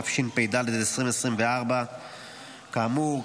התשפ"ד 2024. כאמור,